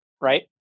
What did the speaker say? right